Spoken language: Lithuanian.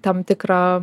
tam tikrą